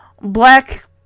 black